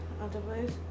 otherwise